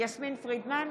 יסמין פרידמן,